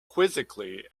quizzically